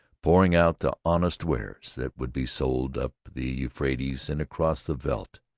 pouring out the honest wares that would be sold up the euphrates and across the veldt.